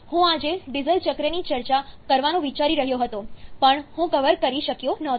હું આજે ડીઝલ ચક્રની ચર્ચા કરવાનું વિચારી રહ્યો હતો પણ હું કવર કરી શક્યો નહોતો